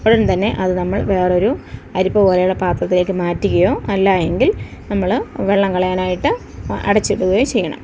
ഉടൻ തന്നെ അത് നമ്മൾ വേറെയൊരു അരിപ്പ പോലുള്ള പാത്രത്തിലേക്ക് മാറ്റുകയോ അല്ലാ എങ്കിൽ നമ്മൾ വെള്ളം കളയാനായിട്ട് അടച്ചിടുകയോ ചെയ്യണം